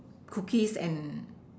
cookies and